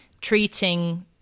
treating